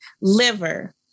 liver